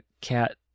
cat